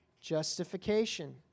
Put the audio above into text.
Justification